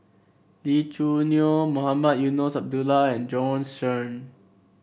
Lee Choo Neo Mohamed Eunos Abdullah and Bjorn Shen